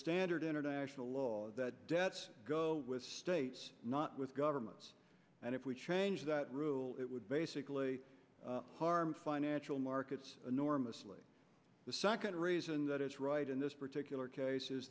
standard international law that debts go with states not with governments and if we change that rule it would basically harm financial markets enormously the second reason that is right in this particular case is